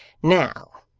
now,